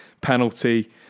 penalty